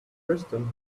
kristen